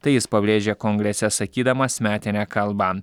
tai jis pabrėžia kongrese sakydamas metinę kalbą